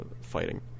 fighting